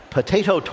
Potato